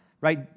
right